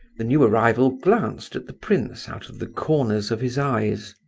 the new arrival glanced at the prince out of the corners of his eyes.